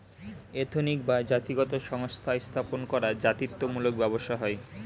ethnic বা জাতিগত সংস্থা স্থাপন করা জাতিত্ব মূলক ব্যবসা হয়